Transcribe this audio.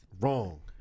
Wrong